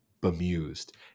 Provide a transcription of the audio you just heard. bemused